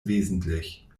wesentlich